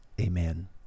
Amen